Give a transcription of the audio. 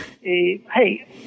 hey